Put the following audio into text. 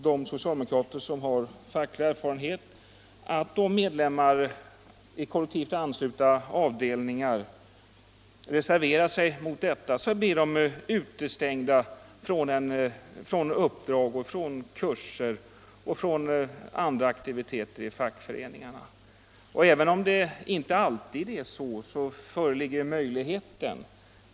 De socialdemokrater som har facklig erfarenhet vet väl att medlemmar i kollektivt anslutna avdelningar som reserverar sig mot kollektivanslutningen blir utestängda från uppdrag, från kurser och från andra aktiviteter i fackföreningarna. Även om det inte alltid är så föreligger möjligheten.